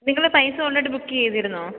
നിങ്ങള് പൈസ already book ചെയ്തിരുന്നുവോ